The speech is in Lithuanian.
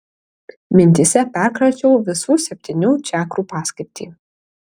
mintyse perkračiau visų septynių čakrų paskirtį